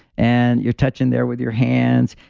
and you're touching there with your hands,